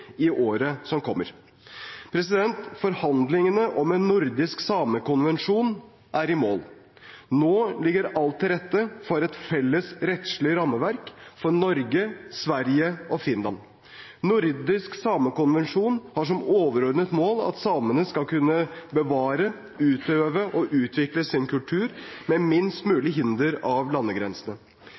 i året som kommer. Forhandlingene om en nordisk samekonvensjon er i mål. Nå ligger alt til rette for et felles rettslig rammeverk for Norge, Sverige og Finland. Nordisk samekonvensjon har som overordnet mål at samene skal kunne bevare, utøve og utvikle sin kultur med minst mulig hinder av landegrensene.